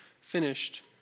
finished